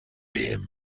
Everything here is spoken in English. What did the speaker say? him